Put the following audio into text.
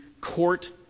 court